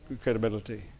credibility